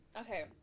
Okay